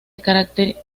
caracteriza